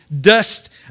dust